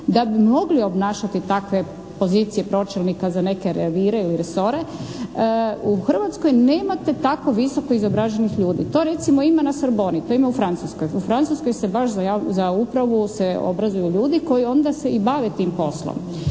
da bi mogli obnašati takve pozicije pročelnika za neke revire ili resore, u Hrvatskoj nemate tako visoko izobraženih ljudi. To recimo ima Srboni, to ima u Francuskoj. U Francuskoj se baš za upravu se obrazuju ljudi koji onda se i bave tim poslom.